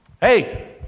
hey